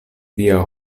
via